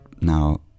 now